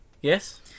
Yes